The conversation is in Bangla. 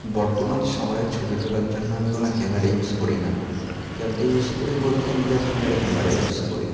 বর্তমান সময়ে ছবি তোলার জন্য আমি কোনো ক্যামেরা ইউজ করি না ক্যামেরা ইউজ করি বলতে নিজের ফোনের ক্যামেরা ইউজ করি